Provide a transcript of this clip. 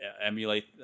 emulate